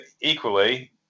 equally